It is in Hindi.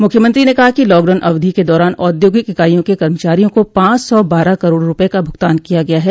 मुख्यमंत्री ने कहा कि लॉकडाउन अवधि के दौरान औद्योगिक इकाईयों के कर्मचारियों को पांच सौ बारह करोड़ रूपये का भूगतान किया गया है